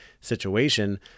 situation